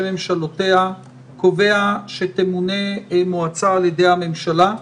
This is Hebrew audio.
ממשלותיה קובע שתמונה מועצה על ידי הממשלה.